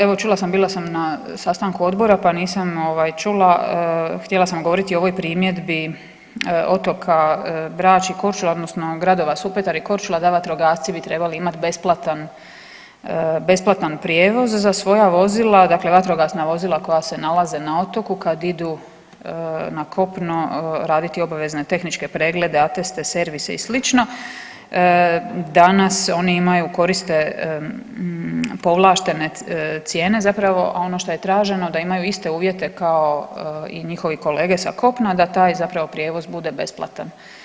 Evo čula sam, bila sam na sastanku odbora, pa nisam ovaj čula, htjela sam govoriti o ovoj primjedbi otoka Brač i Korčula odnosno gradova Supetar i Korčula da vatrogasci bi trebali imat besplatan, besplatan prijevoz za svoja vozila, dakle vatrogasna vozila koja se nalaze na otoku kad idu na kopno raditi obavezne tehničke preglede, ateste, servise i slično, danas oni imaju, koriste povlaštene cijene zapravo, a ono što je traženo da imaju iste uvjete kao i njihovi kolege sa kopna da taj zapravo prijevoz bude besplatan.